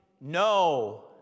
no